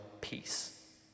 peace